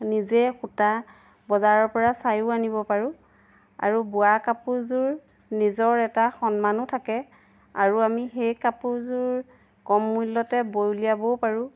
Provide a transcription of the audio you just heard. নিজে সূতা বজাৰৰপৰা চায়ো আনিব পাৰোঁ আৰু বোৱা কাপোৰযোৰ নিজৰ এটা সন্মানো থাকে আৰু আমি সেই কাপোৰযোৰ কম মূল্যতে বৈ উলিয়াবও পাৰোঁ